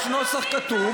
האם יש לך את הנוסח כתוב?